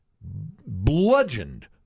bludgeoned